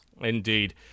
Indeed